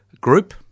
group